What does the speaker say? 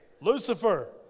Lucifer